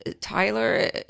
Tyler